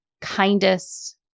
kindest